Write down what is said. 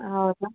ಹೌದಾ